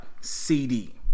CD